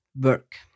work